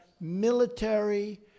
military